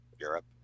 Europe